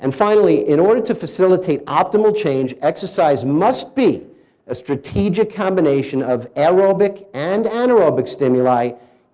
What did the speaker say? and finally, in order to facilitate optimal change, exercise must be a strategic combination of aerobic the and anaerobic stimuli